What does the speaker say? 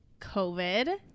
COVID